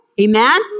Amen